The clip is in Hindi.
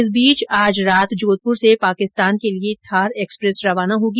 इस बीच आज रात जोधपुर से पाकिस्तान के लिये थार एक्सप्रेस रवाना होगी